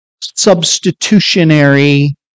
Substitutionary